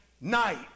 night